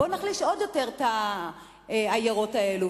בואו נחליש עוד יותר את העיירות האלה.